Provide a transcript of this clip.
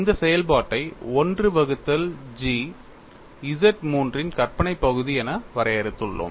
இந்த செயல்பாட்டை 1 வகுத்தல் G Z III இன் கற்பனை பகுதி என வரையறுத்துள்ளோம்